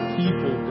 people